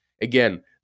Again